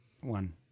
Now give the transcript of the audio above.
One